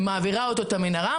מעבירה אותו את המנהרה,